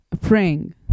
praying